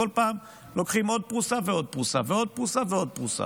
כל פעם לוקחים עוד פרוסה ועוד פרוסה ועוד פרוסה ועוד פרוסה,